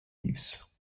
leaves